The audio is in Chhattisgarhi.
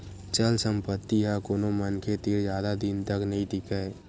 चल संपत्ति ह कोनो मनखे तीर जादा दिन तक नइ टीकय